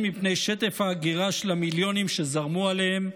מפני שטף ההגירה של המיליונים שזרמו אליהם,